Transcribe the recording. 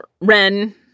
Ren